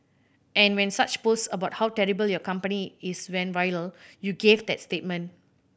and when such posts about how terrible your company is went viral you gave that statement